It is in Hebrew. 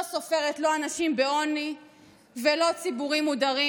לא סופרת אנשים בעוני ולא ציבורים מודרים.